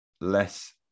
Less